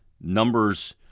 numbers